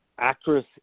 actress